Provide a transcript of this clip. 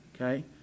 okay